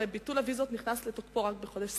הרי ביטול הוויזות נכנס לתוקפו רק בחודש ספטמבר,